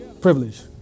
Privilege